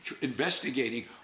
investigating